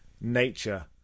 nature